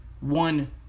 one